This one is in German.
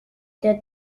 der